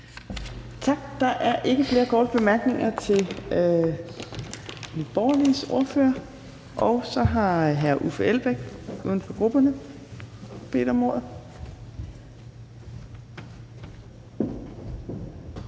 Tak. Der er ikke flere korte bemærkninger til Nye Borgerliges ordfører. Så har hr. Uffe Elbæk, uden for grupperne, bedt om ordet.